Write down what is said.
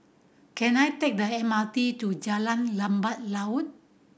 can I take the M R T to Jalan Lebat Daun